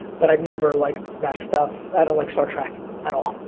but i've never liked that stuff. i don't like star trek at all.